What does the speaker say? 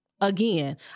Again